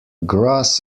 grass